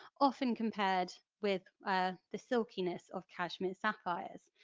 often compared with ah the silkiness of kashmir sapphires,